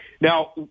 Now